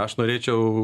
aš norėčiau